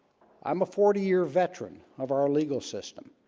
i'm a forty year veteran of our legal system,